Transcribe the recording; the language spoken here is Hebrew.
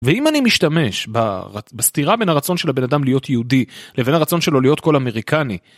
ואם אני משתמש בסתירה בין הרצון של הבן אדם להיות יהודי לבין הרצון שלו להיות כל אמריקני.